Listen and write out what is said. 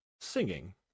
singing